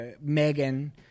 Megan